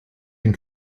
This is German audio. den